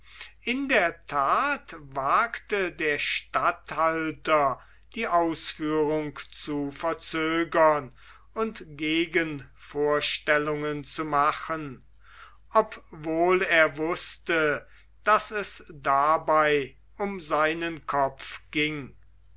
in der tat wagte der statthalter die ausführung zu verzögern und gegenvorstellungen zu machen obwohl er wußte daß es dabei um seinen kopf ging